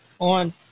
on